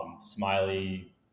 Smiley